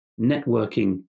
networking